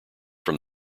from